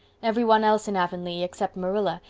everyone else in avonlea, except marilla,